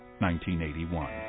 1981